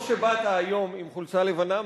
טוב שבאת היום עם חולצה לבנה,